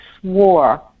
swore